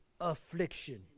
affliction